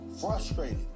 frustrated